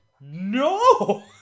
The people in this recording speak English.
no